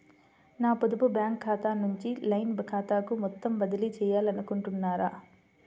నా పొదుపు బ్యాంకు ఖాతా నుంచి లైన్ ఖాతాకు మొత్తం బదిలీ చేయాలనుకుంటున్నారా?